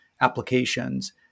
applications